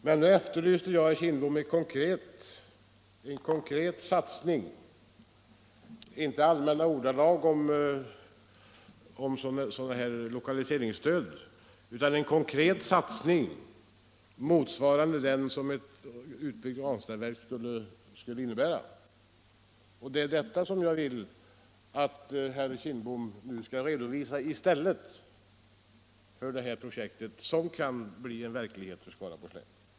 Men nu efterlyste jag, herr Kindbom, en konkret satsning — inte allmänna ordalag om lokaliseringsstöd - motsvarande den som ett utbyggt Ranstadsverk skulle innebära. Det är detta som jag vill att herr Kindbom skall redovisa i stället för Ranstadsprojektet som kan bli verklighet för Skaraborgs län.